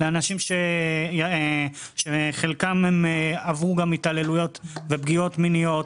לאנשים שחלקם עברו גם התעללויות ופגיעות מיניות.